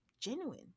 genuine